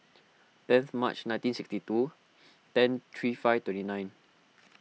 tenth March nineteen sixty two ten three five twenty nine